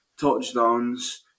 touchdowns